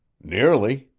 nearly.